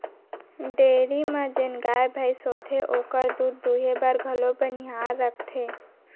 dairy म जेन गाय भईंस होथे ओकर दूद दुहे बर घलौ बनिहार रखथें